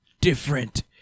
different